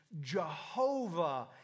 Jehovah